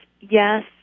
yes